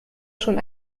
schon